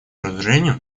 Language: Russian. разоружению